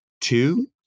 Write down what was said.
two